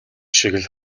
шиг